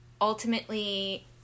ultimately –